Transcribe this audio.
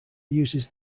uses